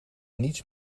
niets